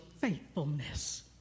faithfulness